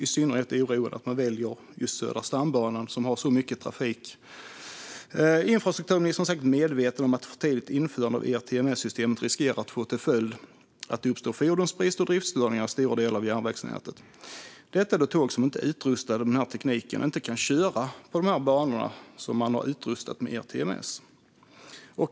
I synnerhet är det oroande att man väljer just Södra stambanan, som har så mycket trafik. Infrastrukturministern är säkert medveten om att ett för tidigt införande av ERTMS-systemet riskerar att få till följd att det uppstår fordonsbrist och driftsstörningar i stora delar av järnvägsnätet, då tåg som inte är utrustade med tekniken inte kan köra på de banor som utrustats med ERTMS.